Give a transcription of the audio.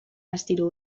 astiro